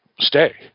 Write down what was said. stay